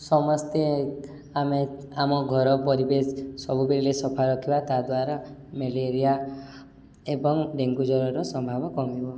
ସମସ୍ତେ ଆମେ ଆମ ଘର ପରିବେଶ ସବୁବେଳେ ସଫା ରଖିବା ତାଦ୍ଵାରା ମେଲେରିଆ ଏବଂ ଡ଼େଙ୍ଗୁ ଜ୍ୱରର ସମ୍ଭାବ କମିବ